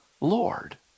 Lord